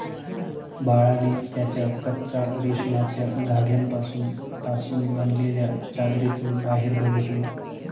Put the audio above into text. बाळाने त्याच्या कच्चा रेशमाच्या धाग्यांपासून पासून बनलेल्या चादरीतून बाहेर बघितले